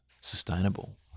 sustainable